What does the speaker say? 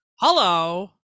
Hello